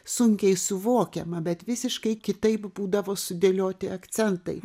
sunkiai suvokiama bet visiškai kitaip būdavo sudėlioti akcentai